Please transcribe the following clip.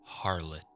harlot